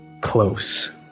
close